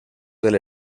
del